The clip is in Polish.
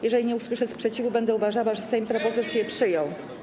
Jeżeli nie usłyszę sprzeciwu, będę uważała, że Sejm propozycję przyjął.